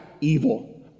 evil